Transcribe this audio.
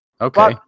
Okay